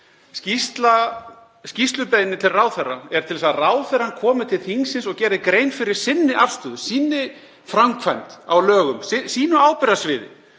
Skýrslubeiðni til ráðherra er til að ráðherrann komi til þingsins og geri grein fyrir sinni afstöðu, sinni framkvæmd á lögum, sínu ábyrgðarsviði.